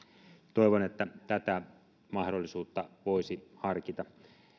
toivon että tätä mahdollisuutta voisi harkita